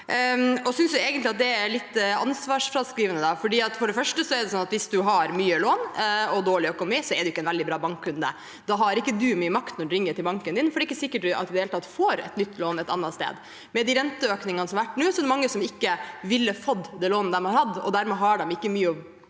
Jeg synes egentlig at det er litt ansvarsfraskrivelse. For det første: Hvis du har mye lån og dårlig økonomi, er du ikke en veldig bra bankkunde. Da har du ikke mye makt når du ringer til banken din, for det ikke sikkert at du i det hele tatt får et nytt lån et annet sted. Med de renteøkningene som har vært nå, er det mange som ikke ville fått det lånet de har hatt. Dermed har du ikke mye å komme